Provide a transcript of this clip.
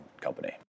company